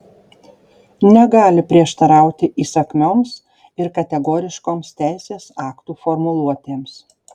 negali prieštarauti įsakmioms ir kategoriškoms teisės aktų formuluotėms